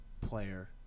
player